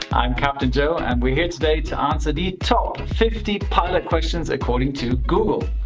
i'm captain joe and we're here today to answer the top fifty pilot questions according to google.